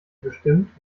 bestimmt